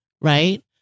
right